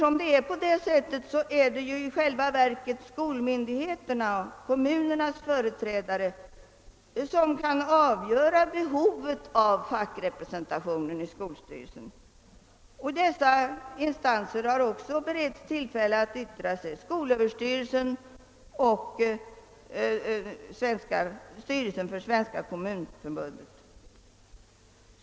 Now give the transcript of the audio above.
Det är i själva verket skolmyndigheterna och kommunernas företrädare som skall avgöra behovet av fackrepresentation i skolstyrelsen. Skolöverstyrelsen och styrelsen för Svenska kommunförbundet har också beretts tillfälle att yttra sig.